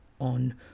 on